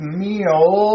meal